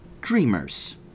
Dreamers